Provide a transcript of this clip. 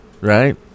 right